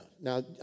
Now